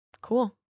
Cool